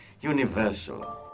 universal